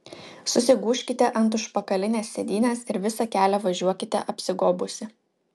susigūžkite ant užpakalinės sėdynės ir visą kelią važiuokite apsigobusi